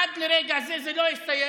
עד לרגע זה זה לא הסתיים,